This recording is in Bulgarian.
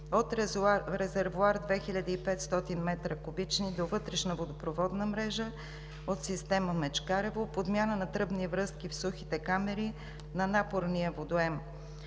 от резервоар 2500 куб. м до вътрешна водопроводна мрежа от система „Мечкарево“; - подмяна на тръбните връзки в сухите камери на Напорния водоем